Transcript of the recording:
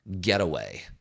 getaway